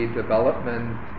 development